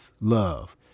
love